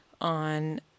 on